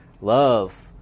love